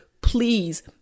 please